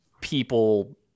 people